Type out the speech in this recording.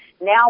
now